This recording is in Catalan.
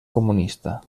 comunista